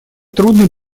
трудный